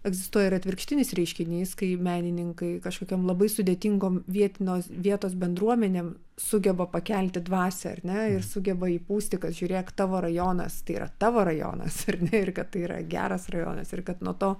egzistuoja ir atvirkštinis reiškinys kai menininkai kažkokiom labai sudėtingom vietinios vietos bendruomenėm sugeba pakelti dvasią ar ne ir sugeba įpūsti kad žiūrėk tavo rajonas tai yra tavo rajonas ar ne ir kad tai yra geras rajonas ir kad nuo to